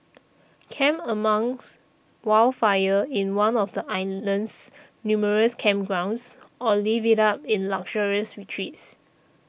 camp amongst wildlife in one of the island's numerous campgrounds or live it up in luxurious retreats